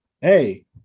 hey